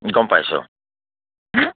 income পাইছোঁ